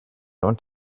und